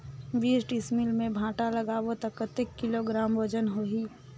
बीस डिसमिल मे भांटा लगाबो ता कतेक किलोग्राम वजन होही?